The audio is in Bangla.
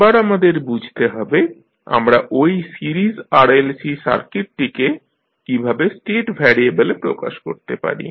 এবার আমাদের বুঝতে হবে আমরা ঐ সিরিজ RLC সার্কিটকে কীভাবে স্টেট ভ্যারিয়েবেলে প্রকাশ করতে পারি